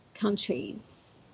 countries